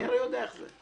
אני הרי יודע איך זה.